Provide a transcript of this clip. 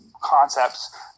concepts